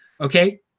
okay